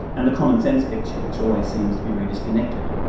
and the commonsense picture, which always seems to be very disconnected.